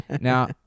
Now